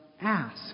ask